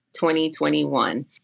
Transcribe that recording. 2021